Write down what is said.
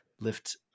lift